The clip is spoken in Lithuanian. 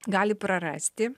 gali prarasti